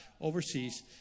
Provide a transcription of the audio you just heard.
overseas